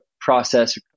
process